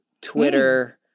twitter